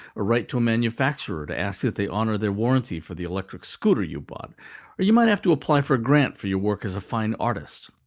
or write to a manufacturer to ask that they honor their warranty for the electric scooter you bought, or you might have to apply for a grant for your work as a fine artist.